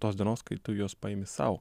tos dienos kai tu juos paimi sau